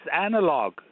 analog